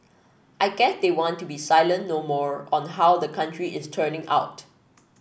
I guess they want to be silent no more on how the country is turning out